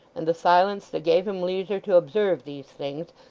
and the silence that gave him leisure to observe these things,